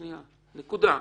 נקודה.